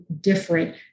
different